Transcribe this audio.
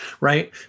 Right